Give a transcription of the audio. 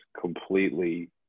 completely